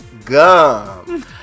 gum